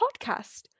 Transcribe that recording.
podcast